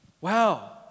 Wow